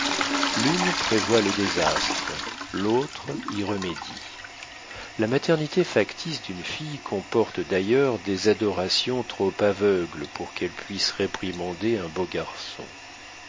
l'une prévoit le désastre l'autre y remédie la maternité factice d'une fille comporte d'ailleurs des adorations trop aveugles pour qu'elle puisse réprimander un beau garçon